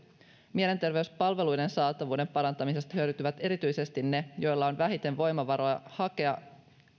mielenterveyspalveluiden saatavuuden parantamisesta hyötyvät erityisesti ne joilla on vähiten voimavaroja hakea